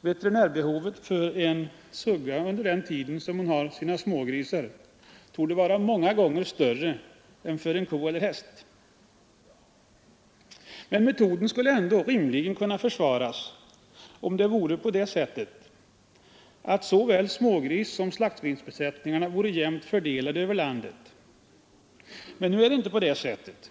Veterinärbehovet för en sugga under den tid hon har sina smågrisar torde vara många gånger större än för en ko eller en häst. Men metoden skulle ändå rimligen kunna försvaras, om det vore så att såväl smågrissom slaktgrisbesättningarna vore jämnt fördelade över landet. Men nu är det inte så.